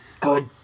Good